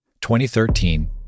2013